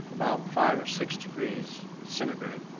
about five or six degrees centigrade.